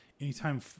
Anytime